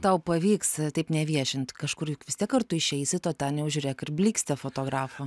tau pavyks taip neviešint kažkur juk vis tiek kartu išeisit o ten jau žiūrėk ir blykstė fotografo